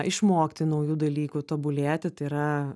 išmokti naujų dalykų tobulėti tai yra